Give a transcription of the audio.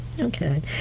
Okay